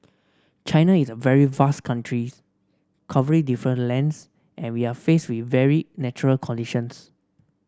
China is a very vast country covering different lands and we are faced with varied natural conditions